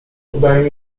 udaje